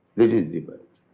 this is the but